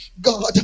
God